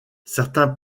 certains